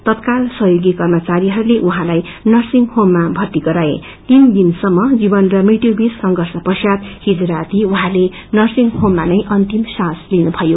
तत्काल सहयोगी कप्रचारीहरूले उहाँलाई नर्सिङ होममा भर्ती गराएं तीन दिनसम्म जीवन र मृत्युवीच संघंष ष्चात हिज राती उहाँले नर्सिङ होममा अन्तिम सास लिनुभयो